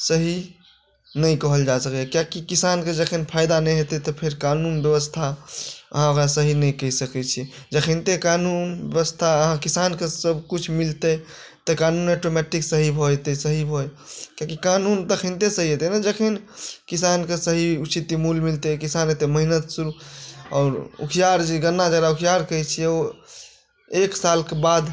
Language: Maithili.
सही नहि कहल जा सकैए कियाकि किसानके जखन फायदा नहि हेतै तखन फेर कानून व्यवस्था अहाँ ओकरा सही नहि कहि सकैत छी जखनिते कानून व्यवस्था अहाँ किसानके सभकुछ मिलतै तऽ कानून ऑटोमेटिक सही भऽ जेतै सही भऽ कियाकि कानून तखनिते सही हेतै ने जखन किसानके सही उचित मूल्य मिलतै किसान एतेक मेहनत आओर उखियार जे गन्ना जकरा उखियार कहैत छियै ओ एक सालके बाद